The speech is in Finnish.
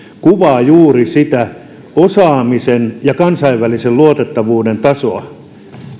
kuvaa juuri sitä osaamisen ja kansainvälisen luotettavuuden tasoa